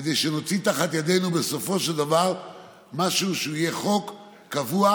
כדי שנוציא תחת ידינו בסופו של דבר משהו שיהיה חוק קבוע,